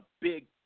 big